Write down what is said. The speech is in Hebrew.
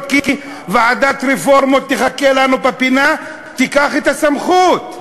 כי ועדת רפורמות תחכה לנו בפינה ותיקח את הסמכות.